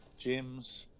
gyms